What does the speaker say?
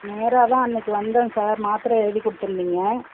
நேராகதான் அன்றைக்கி வந்தேன் சார் மாத்திர எழுதி கொடுத்துருந்தீங்க